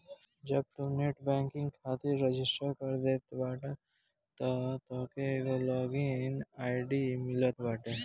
जब तू net banking खातिर रजिस्टर कर देत बाटअ तअ तोहके एगो लॉग इन आई.डी मिलत बाटे